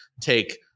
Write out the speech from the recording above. take